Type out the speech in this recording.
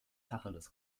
tacheles